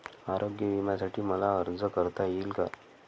आरोग्य विम्यासाठी मला अर्ज करता येईल का?